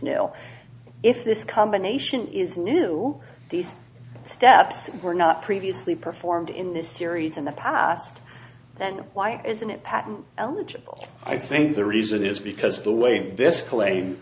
nil if this combination is new these steps were not previously performed in this series in the past then why isn't it patent eligible i think the reason is because the way this claim